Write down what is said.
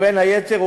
בין היתר,